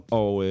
og